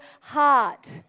heart